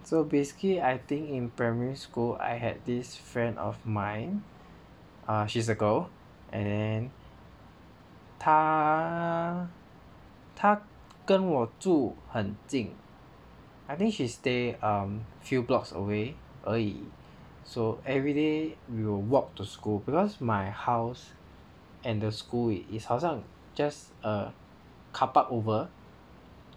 so basically I think in primary school I had this friend of mine um she's a girl and 她她跟我住很近 I think she stay a few blocks away 而已 so everyday we will walk to school because my house and the school is 好像 just a carpark over